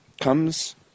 comes